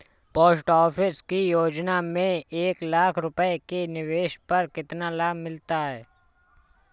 Post office की योजना में एक लाख रूपए के निवेश पर कितना लाभ मिलता है?